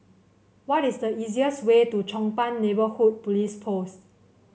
what is the easiest way to Chong Pang Neighbourhood Police Post